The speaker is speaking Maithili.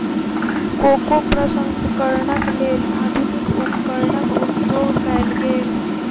कोको प्रसंस्करणक लेल आधुनिक उपकरणक उपयोग कयल गेल